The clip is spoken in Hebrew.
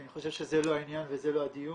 כי אני חושב שזה לא העניין וזה לא הדיון.